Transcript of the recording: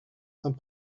and